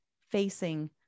facing